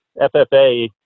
FFA